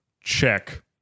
check